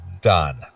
done